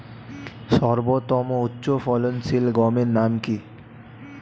সর্বতম উচ্চ ফলনশীল গমের নাম কি?